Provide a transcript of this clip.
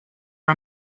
are